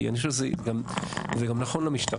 כי אני חושב שזה גם נכון למשטרה.